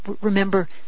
remember